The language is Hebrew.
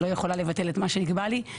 לא יכולה לבטל את מה שנקבע לי,